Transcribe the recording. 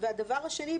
והדבר השני,